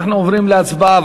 אנחנו עוברים להצבעה,